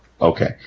Okay